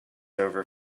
over